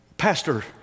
Pastor